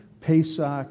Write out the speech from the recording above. Pesach